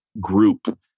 group